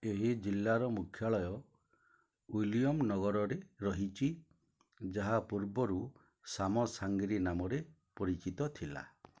ଏହି ଜିଲ୍ଲାର ମୁଖ୍ୟାଳୟ ୱିଲିୟମ ନଗରରେ ରହିଛି ଯାହା ପୂର୍ବରୁ ସାମସାଙ୍ଗିରି ନାମରେ ପରିଚିତ ଥିଲା